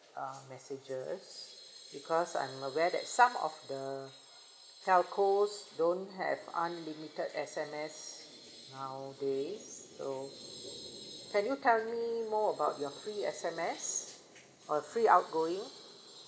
uh messages because I'm aware that some of the telcos don't have unlimited S_M_S nowadays so can you tell you more about your free S_M_S or free outgoing